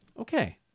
Okay